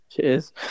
Cheers